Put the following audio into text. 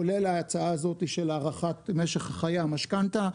כולל ההצעה הזאת של הארכת משך חיי המשכנתה,